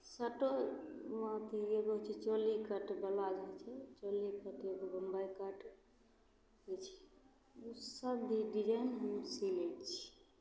शर्टोमे अथी एगो होइ छै चोली कट ब्लाउज होइ छै चोली कट एगो बम्बइ कट होइ छै ओसभ भी डिजाइन हम सी लै छियै